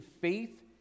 faith